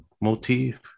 motif